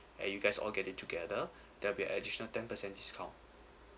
and you guys all get it together there will be additional ten percent discount